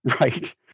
Right